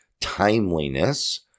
Timeliness